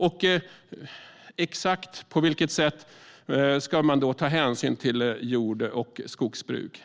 Och på exakt vilket sätt ska man då ta hänsyn till jord och skogsbruk?